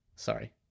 Sorry